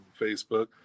Facebook